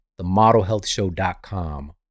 themodelhealthshow.com